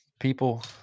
People